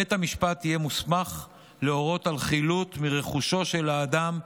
בית המשפט יהיה מוסמך להורות על חילוט מרכושו של האדם,